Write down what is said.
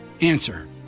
Answer